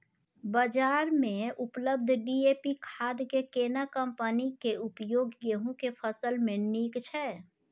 बाजार में उपलब्ध डी.ए.पी खाद के केना कम्पनी के उपयोग गेहूं के फसल में नीक छैय?